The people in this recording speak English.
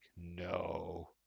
No